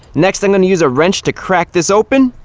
next, i'm going to use a wrench to crack this open.